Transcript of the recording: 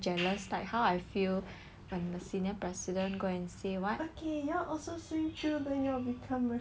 when the senior president go and say